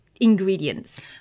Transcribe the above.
ingredients